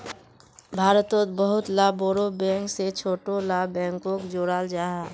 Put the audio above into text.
भारतोत बहुत ला बोड़ो बैंक से छोटो ला बैंकोक जोड़ाल जाहा